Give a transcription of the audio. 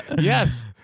yes